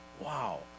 Wow